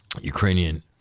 Ukrainian